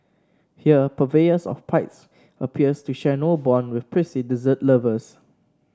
here purveyors of pipes appears to share no bond with prissy dessert lovers